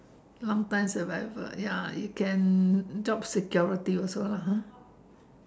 long time survival ya you can job security also lah [huh]